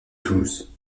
toulouse